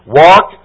walk